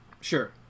sure